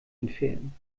entfernen